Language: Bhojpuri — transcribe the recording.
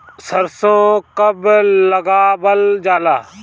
सरसो कब लगावल जाला?